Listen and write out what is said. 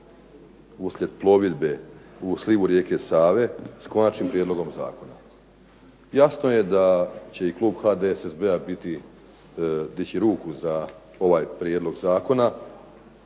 uslijed plovidbe u slivu rijeke Save s konačnim prijedlogom zakona. Jasno je da će i klub HDSSB-a dići ruku za ovaj prijedlog zakona